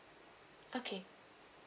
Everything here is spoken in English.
okay